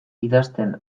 idazten